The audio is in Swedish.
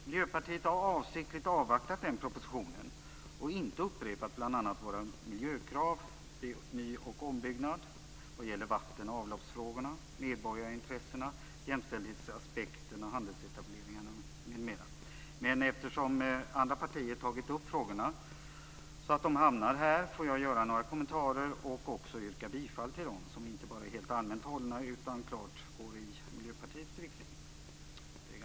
Miljöpartiet har avsiktligt avvaktat den propositionen och inte upprepat våra miljökrav vid bl.a. ny och ombyggnad vad gäller vatten och avloppsfrågorna, medborgarintressena, jämställdhetsaspekterna, handelsetableringarna, m.m. Men eftersom andra partier tagit upp frågorna så att de hamnat här får jag göra några kommentarer och även yrka bifall till de förslag som inte bara är helt allmänt hållna utan klart går i Miljöpartiets riktning.